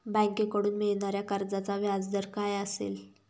बँकेकडून मिळणाऱ्या कर्जाचा व्याजदर काय असेल?